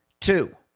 Two